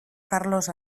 karlos